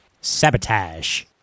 Sabotage